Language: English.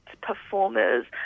performers